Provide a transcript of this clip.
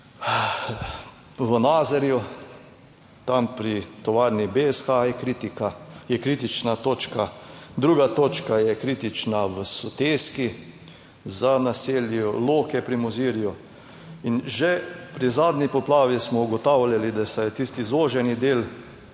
v Nazarju, tam pri tovarni BSH je kritična točka. Druga točka je kritična v soseski za naselje Loke pri Mozirju in že pri zadnji poplavi smo ugotavljali, da se je tisti zoženi del, kjer